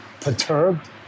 perturbed